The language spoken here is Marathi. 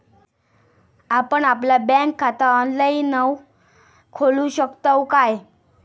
आपण आपला बँक खाता ऑनलाइनव खोलू शकतव काय?